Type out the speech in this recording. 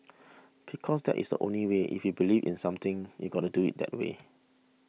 because that is the only way if you believe in something you've got to do it that way